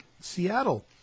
Seattle